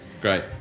Great